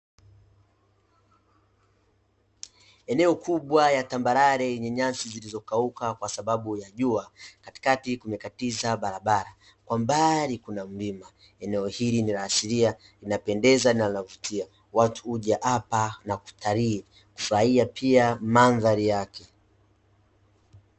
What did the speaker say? Eneo kubwa ya tambalale lenye nyasi zilizokauka kwa sababu ya jua katikati kumekatiza barabara kwa mbali Kuna mlima. Eneo ili ni la asilia linapendeza na linavutia, watu huja hapa nakutalii na kufurahia pia mandhari Yake.